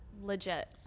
legit